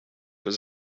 was